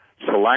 select